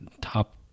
top